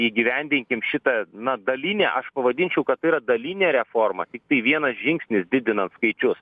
įgyvendinkim šitą na daline aš pavadinčiau kad tai yra dalinė reforma tiktai vienas žingsnis didinant skaičius